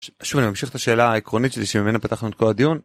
שוב אני ממשיך את השאלה העקרונית שלי שממנה פתחנו את כל הדיון.